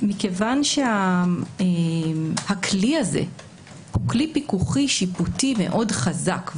מכיוון שהכלי הזה הוא כלי פיקוחי שיפוטי מאוד חזק,